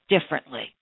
differently